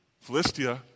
Philistia